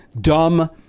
dumb